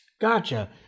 gotcha